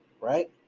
right